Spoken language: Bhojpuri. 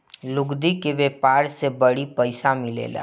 लुगदी के व्यापार से बड़ी पइसा मिलेला